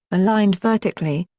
aligned vertically,